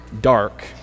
dark